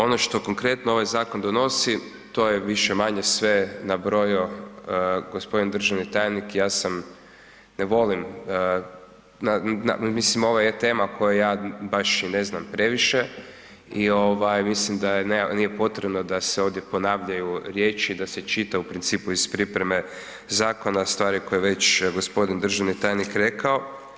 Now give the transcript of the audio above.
Ono što konkretno ovaj zakon donosi to je više-manje sve nabrojao gospodin državni tajnik, ja sam ne volim, mislim ovo je tema o kojoj ja baš i ne znam previše i mislim da nije potrebo da se ovdje ponavljaju riječi, da se čita u principu iz pripreme zakona u stvari koje je već gospodin državni tajnik rekao.